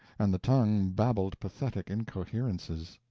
and the tongue babbled pathetic incoherences.